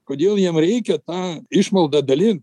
kodėl jiem reikia tą išmaldą dalint